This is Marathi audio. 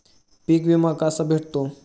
पीक विमा कसा भेटतो?